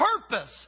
purpose